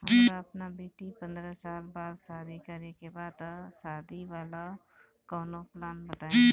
हमरा अपना बेटी के पंद्रह साल बाद शादी करे के बा त शादी वाला कऊनो प्लान बताई?